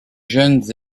jeunes